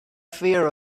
fear